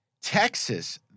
Texas